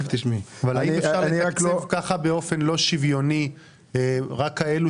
האם אשפר לתקצב כך באופן לא שוויוני רק כאלה